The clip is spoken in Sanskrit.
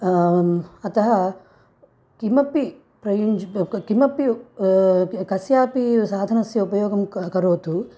अतः किमपि प्रयुञ्ज्य क किमपि कस्यापि साधनस्य उपयोगं क करोतु